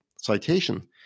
citation